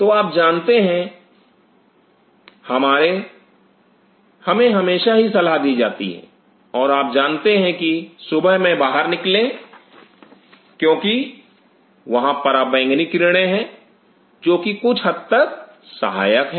तो आप जानते हैं हमारे हमें हमेशा ही सलाह दी जाती है और आप जानते हैं कि सुबह में बाहर निकले क्योंकि वहां पराबैंगनी किरणें है जो कि कुछ हद तक सहायक हैं